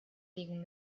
liegen